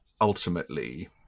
ultimately